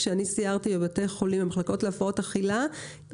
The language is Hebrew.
כשסיירתי בבתי חולים במחלקות להפרעות אכילה,